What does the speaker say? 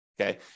okay